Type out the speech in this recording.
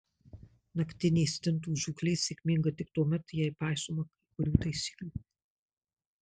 naktinė stintų žūklė sėkminga tik tuomet jei paisoma kai kurių taisyklių